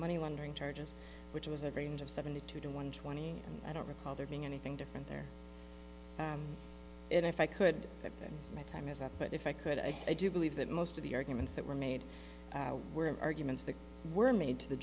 money laundering charges which was a range of seventy two to one twenty and i don't recall there being anything different there if i could but my time is up but if i could i do believe that most of the arguments that were made were arguments that were made to the